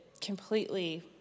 completely